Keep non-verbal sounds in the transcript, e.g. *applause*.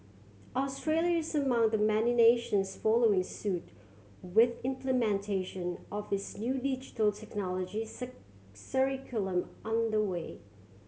Australia is among the many nations following suit with implementation of its new Digital Technologies *unintelligible* curriculum under way